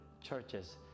churches